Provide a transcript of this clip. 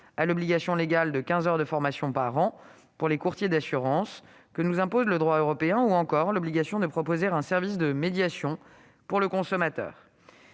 à l'obligation légale de quinze heures de formation par an pour les courtiers d'assurance que nous impose le droit européen, ou encore à l'obligation de proposer un service de médiation pour le consommateur.